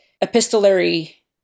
epistolary